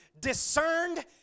discerned